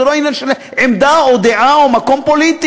זה לא עניין של עמדה או דעה או מקום פוליטי.